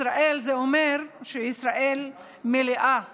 זה אומר שישראל מלאה בעניים.